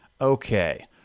Okay